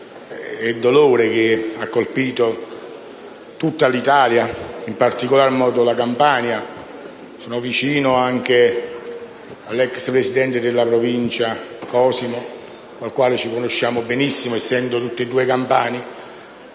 e dolore che ha colpito tutta l’Italia e, in particolar modo, la Campania. Sono vicino anche all’ex presidente della Provincia Sibilia, con il quale ci conosciamo benissimo, essendo entrambi campani.